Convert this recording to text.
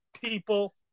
people